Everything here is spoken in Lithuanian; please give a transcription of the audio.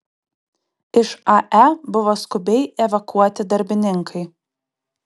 iš ae buvo skubiai evakuoti darbininkai